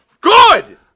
Good